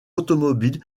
automobile